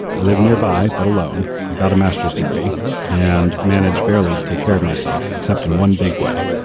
i live nearby, but alone i got a master's degree and manage barely to take care of myself except in one big way.